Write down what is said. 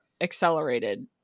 accelerated